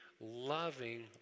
loving